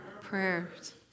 prayers